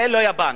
ישראל אינה יפן.